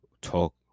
talk